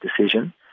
decision